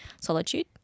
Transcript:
solitude